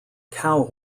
cow